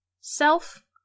Self